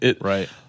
Right